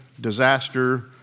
disaster